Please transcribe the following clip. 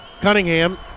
Cunningham